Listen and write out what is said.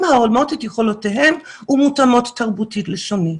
ההולמות את יכולותיהם ומותאמות תרבותית לשונות.